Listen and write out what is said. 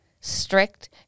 Strict